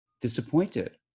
disappointed